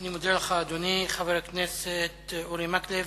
אני מודה לך, אדוני חבר הכנסת אורי מקלב.